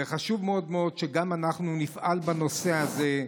וחשוב מאוד מאוד שגם אנחנו נפעל בנושא הזה,